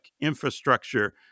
infrastructure